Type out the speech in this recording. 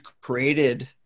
created